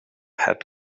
had